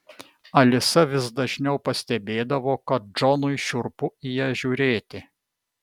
alisa vis dažniau pastebėdavo kad džonui šiurpu į ją žiūrėti